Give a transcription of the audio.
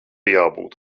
jābūt